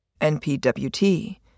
NPWT